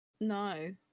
No